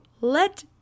Let